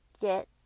get